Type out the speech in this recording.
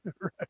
Right